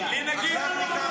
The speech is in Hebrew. לנו מג"דים,